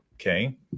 Okay